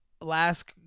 last